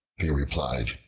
they replied,